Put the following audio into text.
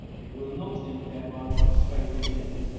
you will not impair my wife's faith in me,